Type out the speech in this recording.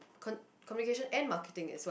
con~ communication and marketing as well